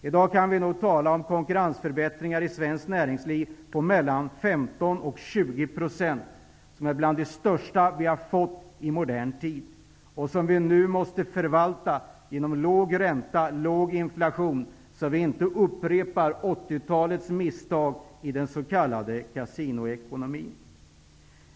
I dag kan vi nog tala om konkurrensförbättringar i svenskt näringsliv på mellan 15 och 20 %, som är bland de största vi har fått i modern tid och som vi nu måste förvalta genom låg ränta och låg inflation, så att vi inte upprepar 80-talets misstag i den s.k.